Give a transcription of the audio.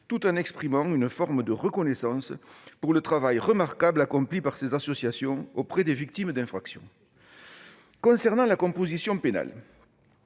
tout en exprimant une forme de reconnaissance pour le travail remarquable accompli par ces associations auprès des victimes d'infractions. Concernant la composition pénale,